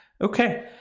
Okay